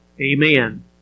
Amen